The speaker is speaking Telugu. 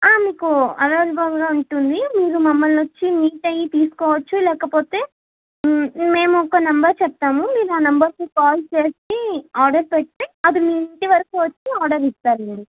మీకు ఆర్ఆర్ భవన్లో ఉంటుంది మీరు మమ్మల్ని వచ్చి మీట్ అయ్యి తీసుకోవచ్చు లేకపోతే మేము ఒక నెంబర్ చెప్తాము మీరు ఆ నెంబర్కి కాల్ చేసి ఆర్డర్ పెడితే అది మీ ఇంటి వరకు వచ్చి ఆర్డర్ ఇస్తారు మ్యాడమ్